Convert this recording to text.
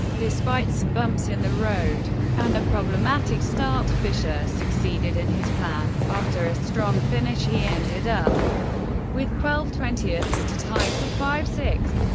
despite some bumps in the road and a problematic start, fischer succeeded in his plan after a strong finish, he ended up with twelve twenty to tie for five sixth.